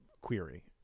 query